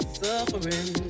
suffering